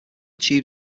tube